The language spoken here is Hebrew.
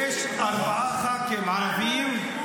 איימן, לטיפול.